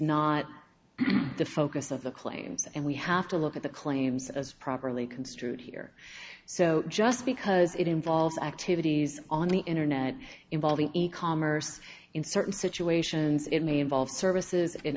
not the focus of the claims and we have to look at the claims as properly construed here so just because it involves activities on the internet involving e commerce in certain situations it may involve services in